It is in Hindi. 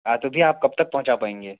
हाँ तो भैया आप कब तक पहुँचा पाएँगे